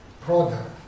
product